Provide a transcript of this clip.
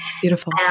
Beautiful